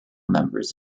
members